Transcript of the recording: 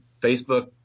Facebook